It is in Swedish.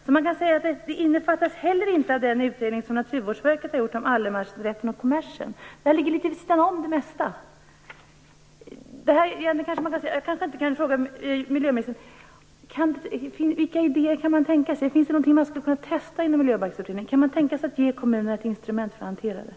Man kan därför säga att detta heller inte innefattas i den utredning som Naturvårdsverket har gjort och som alltså gäller allemansrätten och kommersen. Detta ligger litet vid sidan av det mesta. Vilka idéer kan finnas? Finns det någonting som man skulle kunna testa inom Miljöbalksutredningen? Kan man tänka sig att ge kommunerna ett instrument för att hantera detta?